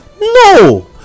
No